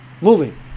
moving